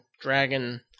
dragon